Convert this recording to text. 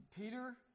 Peter